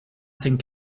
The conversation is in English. think